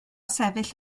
sefyll